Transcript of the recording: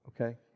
Okay